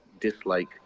dislike